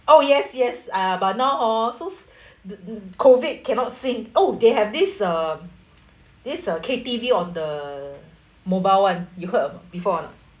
oh yes yes uh but now hor so COVID cannot sing oh they have this uh this uh K_T_V on the mobile [one] you heard or not before or not